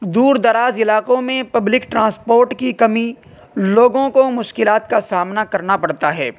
دور دراز علاقوں میں پبلک ٹرانسپورٹ کی کمی لوگوں کو مشکلات کا سامنا کرنا پڑتا ہے